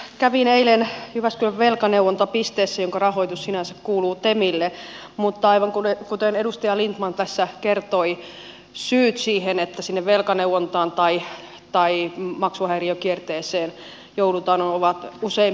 kävin eilen jyväskylän velkaneuvontapisteessä jonka rahoitus sinänsä kuuluu temille mutta aivan kuten edustaja lindtman tässä kertoi syyt siihen että sinne velkaneuvontaan tai maksuhäiriökierteeseen joudutaan ovat usein pikavipeissä